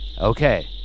Okay